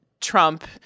Trump